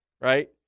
Right